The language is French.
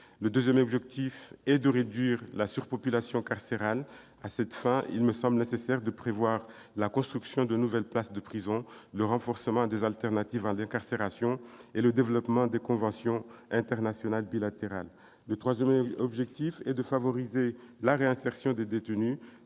Le deuxième objectif est de réduire la surpopulation carcérale. À cette fin, il me semble nécessaire de prévoir la construction de nouvelles places de prison, d'améliorer les alternatives à l'incarcération et de développer les conventions internationales bilatérales. Le troisième objectif est de favoriser la réinsertion des détenus.